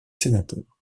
sénateur